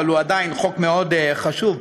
אבל הוא עדיין חוק חשוב מאוד.